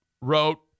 wrote